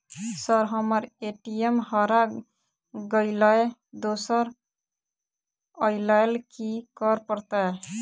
Sir हम्मर ATM हरा गइलए दोसर लईलैल की करऽ परतै?